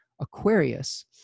Aquarius